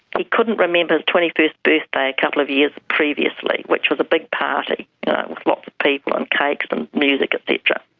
he couldn't remember his twenty first birthday a couple of years previously, which was a big party with lots of people and cakes and music et cetera.